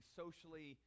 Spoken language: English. socially